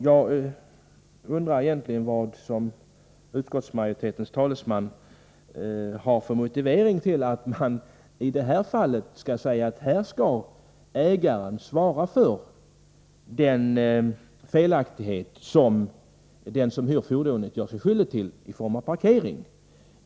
Jag undrar vilken motivering utskottets talesman egentligen har till att ägaren i detta fall skall svara för förseelser som den som hyr fordonet gör sig skyldig till i samband med parkering.